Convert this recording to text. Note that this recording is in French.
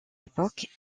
époque